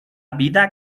vida